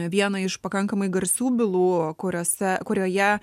vieną iš pakankamai garsių bylų kuriose kurioje